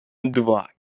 два